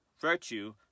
virtue